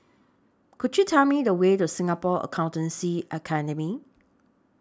Could YOU Tell Me The Way to Singapore Accountancy Academy